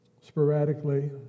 sporadically